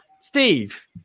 Steve